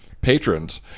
patrons